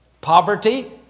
poverty